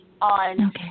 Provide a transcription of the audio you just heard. on